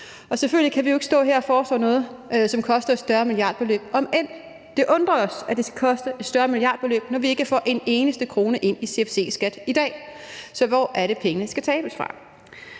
selvfølgelig kan vi jo ikke stå her og foreslå noget, som koster et større milliardbeløb, omend det undrer os, at det skulle koste et større milliardbeløb, når vi ikke får en eneste krone ind i CFC-skat i dag – så hvor er det, pengene skal tabes fra?